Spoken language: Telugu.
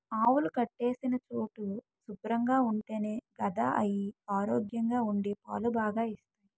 ఆవులు కట్టేసిన చోటు శుభ్రంగా ఉంటేనే గదా అయి ఆరోగ్యంగా ఉండి పాలు బాగా ఇస్తాయి